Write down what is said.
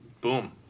boom